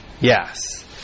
Yes